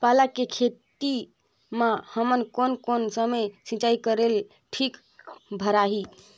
पाला के खेती मां हमन कोन कोन समय सिंचाई करेले ठीक भराही?